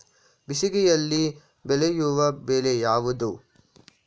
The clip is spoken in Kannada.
ಬೇಸಿಗೆಯಲ್ಲಿ ಬೆಳೆಯುವ ಬೆಳೆ ಯಾವುದು?